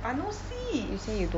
but no seats